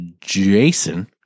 Jason